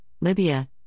Libya